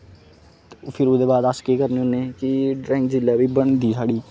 ते फिर ओह्दे बाद अस केह् करने होन्ने कि ड्रांइग जिसलै बी बनदी साढ़ी